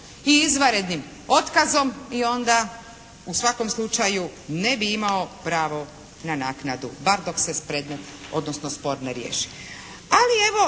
i izvanrednim otkazom i onda u svakom slučaju ne bi imao pravo na naknadu, bar dok se predmet, odnosno spor ne riješi.